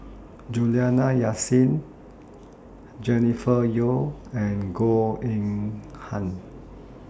Juliana Yasin Jennifer Yeo and Goh Eng Han